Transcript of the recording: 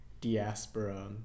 diaspora